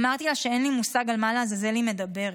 אמרתי לה שאין לי מושג על מה לעזאזל היא מדברת.